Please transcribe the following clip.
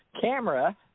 camera